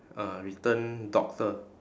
uh written doctor